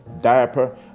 diaper